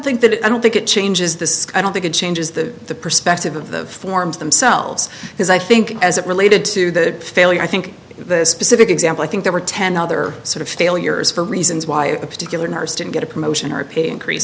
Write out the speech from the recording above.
think that i don't think it changes this i don't think it changes the perspective of the forms themselves because i think as it related to the failure i think the specific example i think there were ten other sort of failures for reasons why a particular nurse didn't get a promotion or pay increase